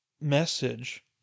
message